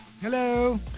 Hello